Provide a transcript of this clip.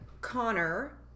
Connor